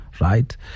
right